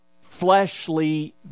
fleshly